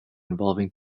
involving